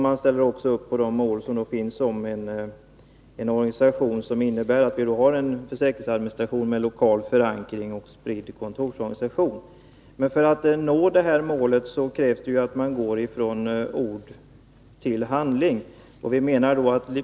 Man ställer också upp på de mål som finns om en organisation som innebär att vi har en försäkringsadministration med lokal förankring och en spridd kontorsorganisation. Men för att nå det målet krävs det att man går från ord till handling.